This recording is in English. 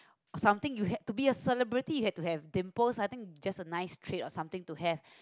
something you had to be a celebrity you had to have dimples just a nice trait or something to have